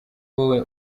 wowe